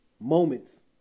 moments